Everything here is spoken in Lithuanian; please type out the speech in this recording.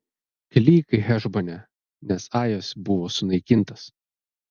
klyk hešbone nes ajas buvo sunaikintas